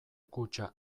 kutxa